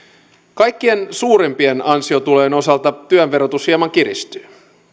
kaikkein suurimpien ansiotulojen osalta työn verotus hieman kiristyy